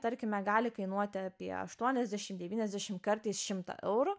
tarkime gali kainuoti apie aštuoniasdešim devyniasdešim kartais šimtą eurų